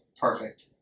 perfect